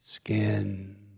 skin